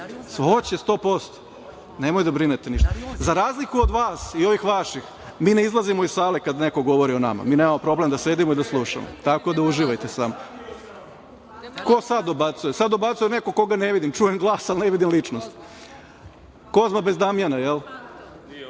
sto posto, nemoj da brinete ništa.Za razliku od vas i ovih vaših, mi ne izlazimo iz sale kada neko govori o nama, mi nemamo problem da sedimo i slušamo, tako da uživajte sada. Ko sada dobacuje, ne vidim, čujem glas, ali ne vidim ličnost, Kozma bez Damjana?